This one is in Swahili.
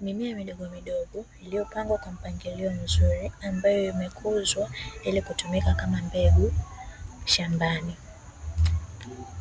Mimea midogo midogo iliyopangwa kwa mpangilio mzuri ambayo imekuzwa ili kutumika kama mbegu shambani.